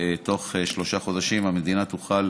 בתוך שלושה חודשים המדינה תוכל,